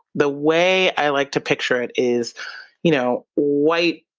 the way i like to picture it is you know white,